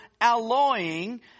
alloying